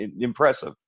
impressive